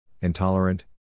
intolerant